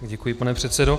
Děkuji, pane předsedo.